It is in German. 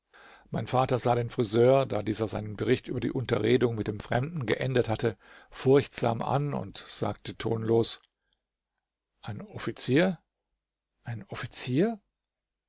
mein vater sah den friseur da dieser seinen bericht über die unterredung mit dem fremden geendet hatte furchtsam an und sagte tonlos ein offizier ein offizier